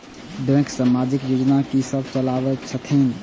Bank समाजिक योजना की सब चलावै छथिन?